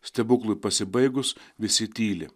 stebuklui pasibaigus visi tyli